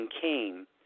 came